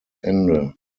ende